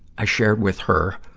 i shared with her,